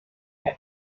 pour